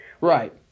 Right